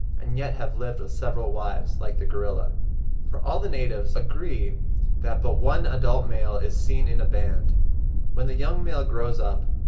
and yet have lived with several wives, like the gorilla for all the natives agree that but one adult male is seen in a band when the young male grows up,